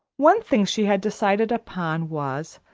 one thing she had decided upon was,